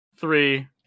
three